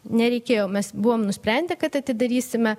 nereikėjo mes buvom nusprendę kad atidarysime